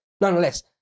Nonetheless